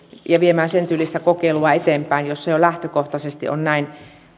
ja viemään sentyylistä kokeilua eteenpäin jossa jo lähtökohtaisesti on näin